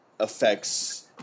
Affects